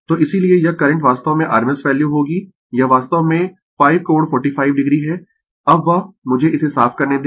तो इसीलिये यह करंट वास्तव में rms वैल्यू होगी यह वास्तव में 5 कोण 45 o है अब वह मुझे इसे साफ करने दें